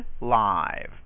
live